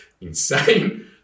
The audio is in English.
insane